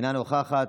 אינה נוכחת,